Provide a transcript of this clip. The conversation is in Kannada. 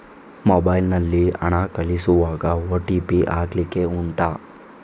ಮೊಬೈಲ್ ನಲ್ಲಿ ಹಣ ಕಳಿಸುವಾಗ ಓ.ಟಿ.ಪಿ ಹಾಕ್ಲಿಕ್ಕೆ ಉಂಟಾ